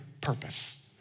purpose